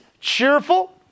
cheerful